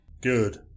Good